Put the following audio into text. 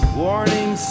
warning